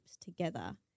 together